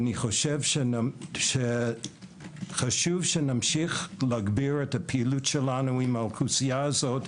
אני חושב שחשוב שנמשיך להגביר את הפעילות שלנו עם האוכלוסייה הזו,